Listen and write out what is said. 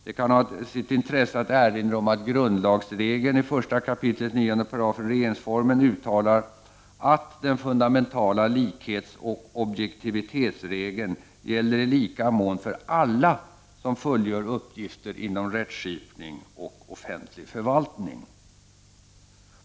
Det kan ha sitt intresse att erinra om att grundlagsregeln i 1 kap. 9§ regeringsformen uttalar att den fundamentala likhetsoch objektivitetsregeln gäller i lika mån för alla som fullgör uppgifter inom rättskipning och offentlig förvaltning.